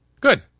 Good